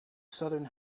southern